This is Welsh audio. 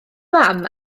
mam